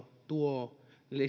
tuo